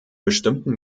bestimmten